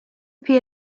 peer